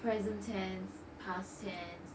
present tense past tense